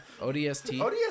ODST